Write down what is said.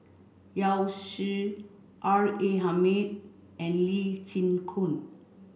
Yao Zi R A Hamid and Lee Chin Koon